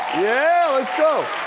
yeah, let's go.